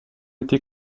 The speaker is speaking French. été